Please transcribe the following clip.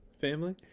family